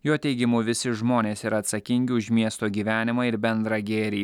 jo teigimu visi žmonės yra atsakingi už miesto gyvenimą ir bendrą gėrį